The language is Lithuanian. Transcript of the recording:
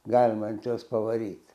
galima ant jos pavaryt